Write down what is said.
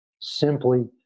simply